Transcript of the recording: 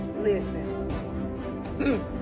listen